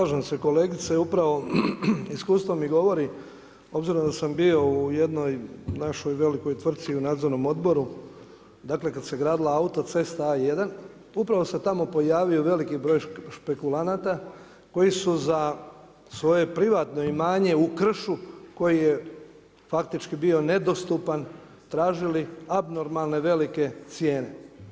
Slažem se kolegice, upravo iskustvo mi govori obzirom da sam bio u jednoj našoj velikoj tvrci u nadzornom odboru kada se gradila autocesta A1, upravo se tamo pojavio veliki broj špekulanata koje su za svoje privatno imanje u kršu koji je faktički bio nedostupan tražili abnormalno velike cijene.